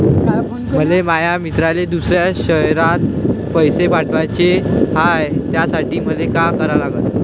मले माया मित्राले दुसऱ्या शयरात पैसे पाठवाचे हाय, त्यासाठी मले का करा लागन?